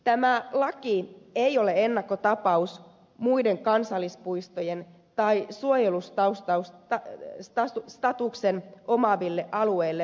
tämä laki ei ole ennakkotapaus muiden kansallispuistojen tai suojelustatuksen omaavien alueiden rakentamismahdollisuuksille